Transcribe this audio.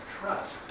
trust